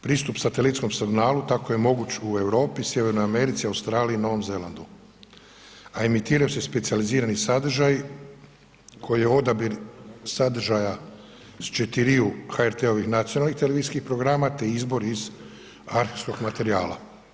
Pristup satelitskom signalu tako je moguć u Europi, Sjevernoj Americi, Australiji i Novom Zelandu, a emitiraju se specijalizirani sadržaji koji je odabir sadržaja s četiriju HRT-ovih nacionalnih televizijskih programa te izbor iz arhivskog materijala.